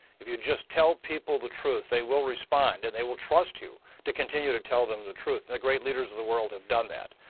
if you just tell people the truth they will respond and they will trust you to continue to tell you the truth and the great leaders of the world have done that.